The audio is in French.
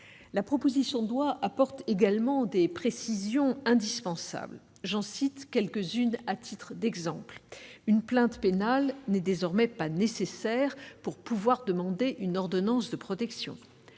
La proposition de loi apporte également des précisions indispensables. J'en cite quelques-unes à titre d'exemple : une plainte pénale n'est pas nécessaire pour demander une ordonnance de protection